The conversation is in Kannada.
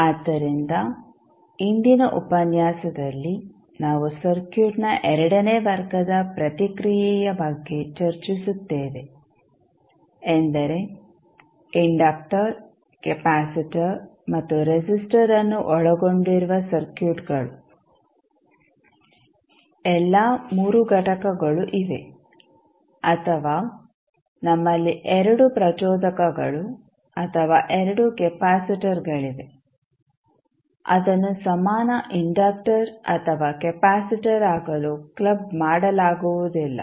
ಆದ್ದರಿಂದ ಇಂದಿನ ಉಪನ್ಯಾಸದಲ್ಲಿ ನಾವು ಸರ್ಕ್ಯೂಟ್ನ ಎರಡನೇ ವರ್ಗದ ಪ್ರತಿಕ್ರಿಯೆಯ ಬಗ್ಗೆ ಚರ್ಚಿಸುತ್ತೇವೆ ಎಂದರೆ ಇಂಡಕ್ಟರ್ ಕೆಪಾಸಿಟರ್ ಮತ್ತು ರೆಸಿಸ್ಟರ್ ಅನ್ನು ಒಳಗೊಂಡಿರುವ ಸರ್ಕ್ಯೂಟ್ಗಳು ಎಲ್ಲಾ 3 ಘಟಕಗಳು ಇವೆ ಅಥವಾ ನಮ್ಮಲ್ಲಿ 2 ಪ್ರಚೋದಕಗಳು ಅಥವಾ 2 ಕೆಪಾಸಿಟರ್ಗಳಿವೆ ಅದನ್ನು ಸಮಾನ ಇಂಡಕ್ಟರ್ ಅಥವಾ ಕೆಪಾಸಿಟರ್ ಆಗಲು ಕ್ಲಬ್ ಮಾಡಲಾಗುವುದಿಲ್ಲ